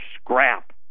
scrap